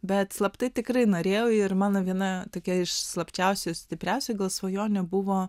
bet slaptai tikrai norėjau ir mano viena tokia iš slapčiausios stipriausia gal svajonė buvo